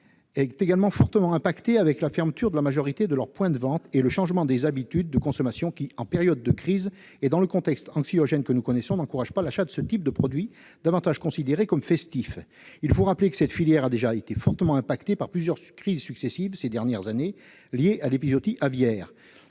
est également fortement impactée avec la fermeture de la majorité des points de vente et le changement des habitudes de consommation, qui, en période de crise et dans le contexte anxiogène que nous connaissons, n'encouragent pas l'achat de ce type de produits, davantage considérés comme « festifs ». Il faut rappeler que cette filière a déjà été fortement touchée par plusieurs crises successives ces dernières années, liées à l'épizootie aviaire.